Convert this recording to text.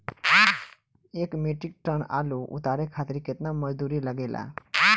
एक metric ton आलू उतारे खातिर केतना मजदूरी लागेला?